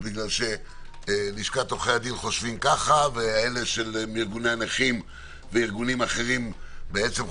כי לשכת עורכי הדין חושבים ככה וארגוני הנכים וארגונים שונים חושבים